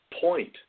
point